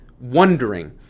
wondering